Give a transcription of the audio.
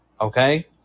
okay